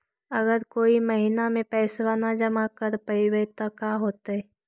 अगर कोई महिना मे पैसबा न जमा कर पईबै त का होतै?